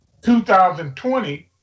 2020